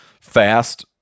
fast